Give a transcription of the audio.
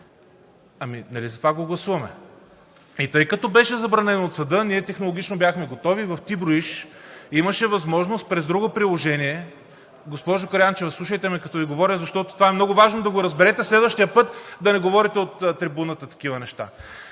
Ами нали затова го гласуваме. И тъй като беше забранено от съда, ние технологично бяхме готови в „Ти броиш“ имаше възможност през друго приложение… Госпожо Караянчева, слушайте ме като Ви говоря, защото това е много важно да го разберете, следващия път да не говорите от трибуната такива неща.